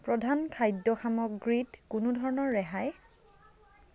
প্ৰধান খাদ্য সামগ্ৰীত কোনো ধৰণৰ ৰেহাই